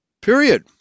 Period